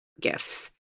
gifts